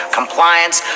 compliance